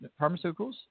Pharmaceuticals